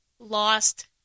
lost